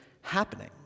happening